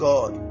God